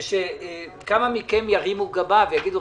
כמה מכם ירימו גבה ויגידו,